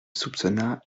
soupçonna